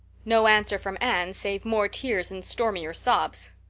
no answer from anne save more tears and stormier sobs!